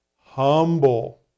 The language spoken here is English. Humble